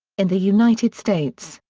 in the united states,